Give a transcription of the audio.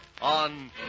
on